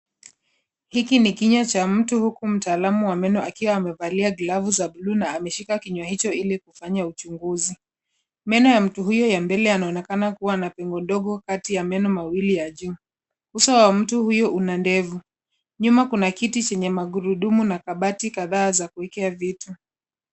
Hiki ni kunywa cha mtu, huku mtaalamu wa meno akiwa amevalia glavu za blue , na ameshika kinywa hicho ili kufanya uchunguzi. Meno ya mtu huyo ya mbele yanaonekana kua na pengo ndogo kati ya meno mawili ya juu. Uso wa mtu huyu una ndevu. Nyuma kuna kiti chenye magurudumu na kabati kadhaa za kuwekea vitu.